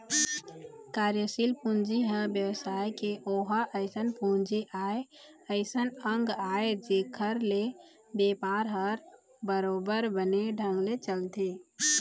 कार्यसील पूंजी ह बेवसाय के ओहा अइसन पूंजी आय अइसन अंग आय जेखर ले बेपार ह बरोबर बने ढंग ले चलथे